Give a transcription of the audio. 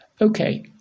Okay